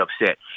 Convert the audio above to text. upset